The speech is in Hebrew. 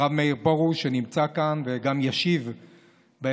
הרב מאיר פרוש, שנמצא כאן וגם ישיב בהמשך.